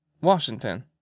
Washington